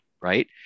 right